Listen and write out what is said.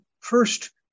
First